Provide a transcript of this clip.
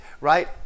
right